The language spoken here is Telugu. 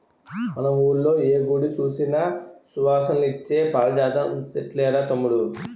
మన వూళ్ళో ఏ గుడి సూసినా సువాసనలిచ్చే పారిజాతం సెట్లేరా తమ్ముడూ